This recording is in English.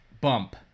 bump